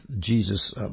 Jesus